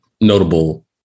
notable